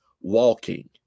walking